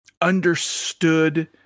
understood